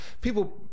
people